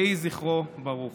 יהי זכרו ברוך.